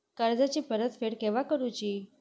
कर्जाची परत फेड केव्हा करुची?